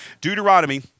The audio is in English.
Deuteronomy